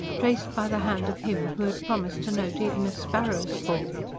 traced by the hand of him who had promised to note even a sparrow's fall.